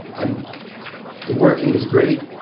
um the working is great,